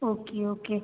okay okay